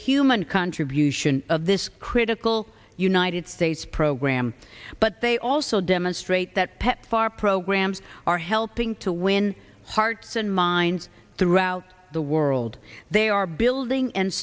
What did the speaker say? human contribution of this critical united states program but they also demonstrate that pepfar programs are helping to win hearts and minds throughout the world they are building and